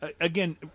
Again